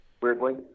weirdly